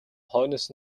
хойноос